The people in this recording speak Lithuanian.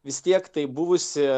vis tiek tai buvusi